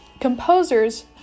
composers